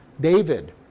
David